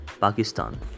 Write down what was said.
Pakistan